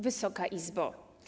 Wysoka Izbo!